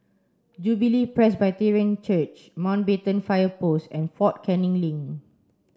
Jubilee Presbyterian Church Mountbatten Fire Post and Fort Canning Link